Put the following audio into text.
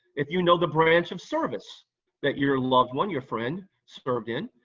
if you know the branch of service that your loved one, your friend served in,